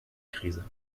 krise